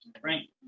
Frank